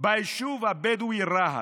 ביישוב הבדואי רהט,